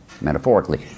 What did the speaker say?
metaphorically